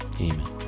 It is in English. amen